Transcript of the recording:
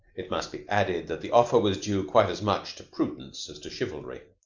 it must be added that the offer was due quite as much to prudence as to chivalry.